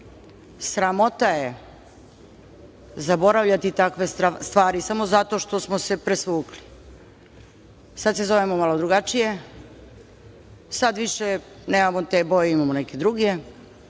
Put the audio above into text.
Sramota je zaboravljati takve stvari samo zato što smo se presvukli. Sada se zovemo malo drugačije, sada više nemamo te boje, imamo neke druge